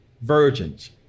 virgins